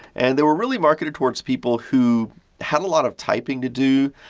and they were really marketed towards people who had a lot of typing to do,